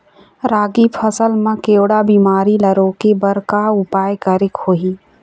रागी फसल मा केवड़ा बीमारी ला रोके बर का उपाय करेक होही?